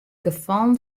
gefallen